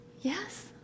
Yes